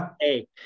Hey